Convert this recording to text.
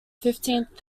fifteenth